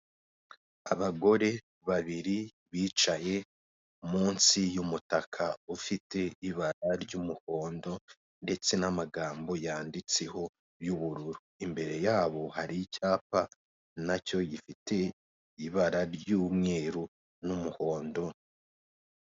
Abagore babiri bicaye munsi y'umutaka ufite ibara ry'umuhondo ndetse n'amagambo yanditseho y'ubururu, imbere yaho hari icyapa nacyo gifite ibara ry'umweru n'umuhondo.